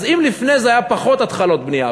אז אם לפני זה היו פחות התחלות בנייה,